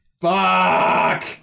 Fuck